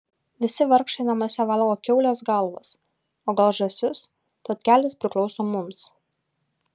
visi vargšai namuose valgo kiaulės galvas o gal žąsis tad kelias priklauso mums